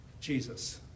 Jesus